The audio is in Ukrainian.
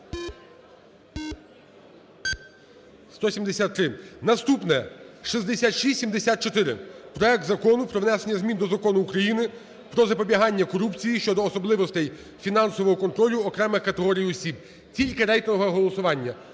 Наступне, 6674: проект Закону про внесення до Закону України "Про запобігання корупції" щодо особливостей фінансового контролю окремих категорій осіб. Тільки рейтингове голосування.